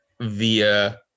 via